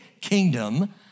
kingdom